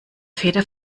feder